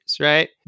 right